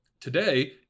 today